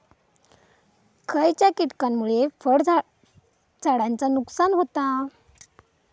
खयच्या किटकांमुळे फळझाडांचा नुकसान होता?